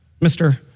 Mr